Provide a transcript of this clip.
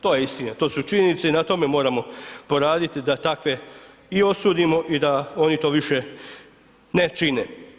To je istina, to su činjenice i na tome moramo poraditi da takve i osudimo i da oni to više ne čine.